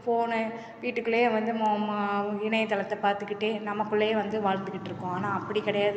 phone வீட்டுக்குள்ளேயே வந்து இணையதளத்தை பார்த்துக்கிட்டே நம்ம பிள்ளைய வந்து வளர்த்துக்கிட்ருக்கோம் ஆனால் அப்படி கிடையாது எ